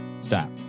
stop